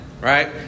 right